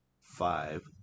five